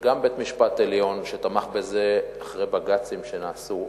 וגם בית-המשפט העליון, שתמך בזה אחרי בג"צים שהיו,